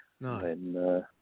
No